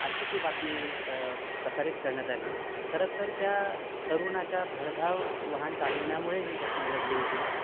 अशी ती बातमी प्रसारित करण्यात आली खरतर त्या तरुणाच्या भरधाव वाहन चालवण्यामुळे ही घटना घडली होती